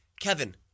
Kevin